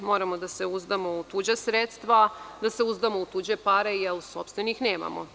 Moramo da se uzdamo u tuđa sredstava, da se uzdamo u tuđe pare jer sopstvenih nemamo.